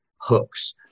hooks